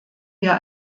wir